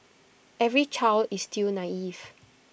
every child is still naive